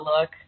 look